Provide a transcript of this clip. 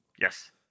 Yes